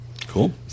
Cool